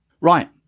Right